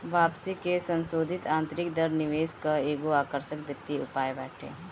वापसी के संसोधित आतंरिक दर निवेश कअ एगो आकर्षक वित्तीय उपाय बाटे